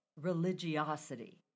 religiosity